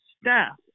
staff